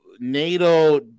NATO